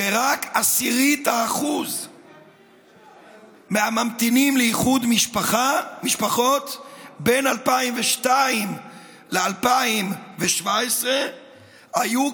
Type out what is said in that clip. שרק 0.1% מהממתינים לאיחוד משפחות בין 2002 ל-2017 היו,